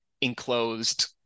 enclosed